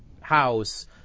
house